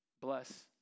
Bless